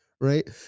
right